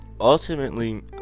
ultimately